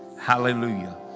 Hallelujah